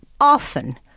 often